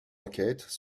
enquêtes